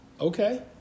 Okay